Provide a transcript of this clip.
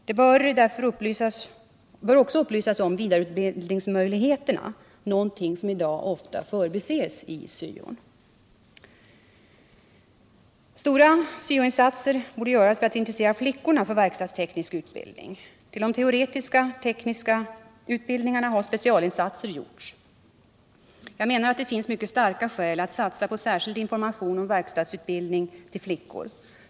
Det bör också informeras om möjligheterna till vidareutbildning, något som i dag ofta förbises i syon. Stora syo-insatser borde göras för att intressera flickorna för verkstadsteknisk utbildning. Till de teoretiska tekniska utbildningarna har specialinsatser gjorts. Jag menar att det finns mycket starka skäl att satsa på särskild information om verkstadsutbildning till flickor.